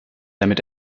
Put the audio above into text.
damit